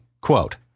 Quote